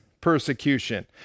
persecution